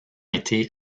été